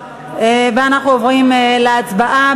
אנחנו עוברים להצבעה.